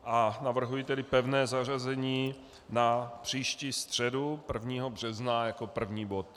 A navrhuji tedy pevné zařazení na příští středu 1. března jako první bod.